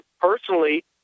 personally